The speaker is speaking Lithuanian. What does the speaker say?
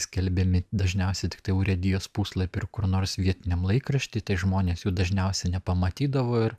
skelbiami dažniausiai tiktai urėdijos puslapy ir kur nors vietiniam laikrašty tai žmonės jų dažniausiai nepamatydavo ir